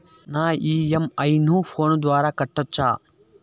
నా ఇ.ఎం.ఐ ను ఫోను ద్వారా కట్టొచ్చా?